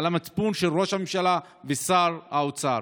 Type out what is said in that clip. על המצפון של ראש הממשלה ושר האוצר.